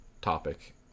topic